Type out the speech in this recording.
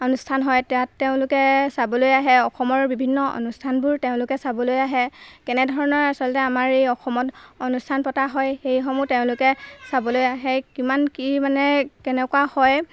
অনুষ্ঠান হয় তাত তেওঁলোকে চাবলৈ আহে অসমৰ বিভিন্ন অনুষ্ঠানবোৰ তেওঁলোকে চাবলৈ আহে কেনেধৰণৰ আচলতে আমাৰ এই অসমত অনুষ্ঠান পতা হয় সেইসমূহ তেওঁলোকে চাবলৈ আহে কিমান কি মানে কেনেকুৱা হয়